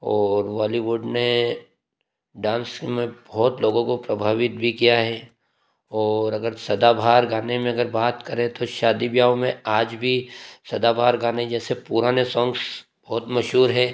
और बॉलीवुड ने डांस में बहुत लोगों को प्रभावित भी किया है और अगर सदाबहार गाने में अगर बात करें तो शादी वियाहों में आज भी सदाबहार गाने जैसे पुराने सॉन्ग्स बहुत मशहूर है